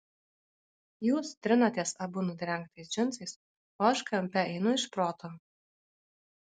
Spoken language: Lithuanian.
jūs trinatės abu nudrengtais džinsais o aš kampe einu iš proto